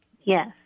Yes